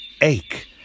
ache